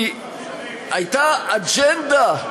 כי הייתה אג'נדה.